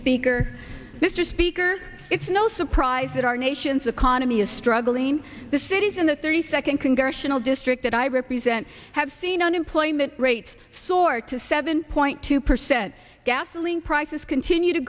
speaker mr speaker it's no surprise that our nation's economy is struggling the cities in the thirty second congressional district that i represent have seen unemployment rates soared to seven point two percent gasoline prices continue to